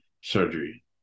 surgery